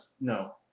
no